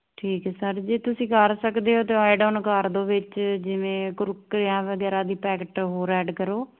ਠੀਕ ਸਰ ਜੀ ਤੁਸੀਂ ਕਰ ਸਕਦੇ ਹੋ ਤੇ ਐਡ ਔਨ ਕਰ ਦੋ ਵਿੱਚ ਜਿਵੇਂ ਕੁਰਕੁਰਿਆ ਵਗੈਰਾ ਦੀ ਪੈਕਟ ਹੋਰ ਐਡ ਕਰੋ